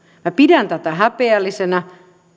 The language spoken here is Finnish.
minä pidän tätä häpeällisenä